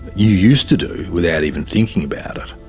you used to do without even thinking about it,